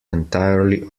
entirely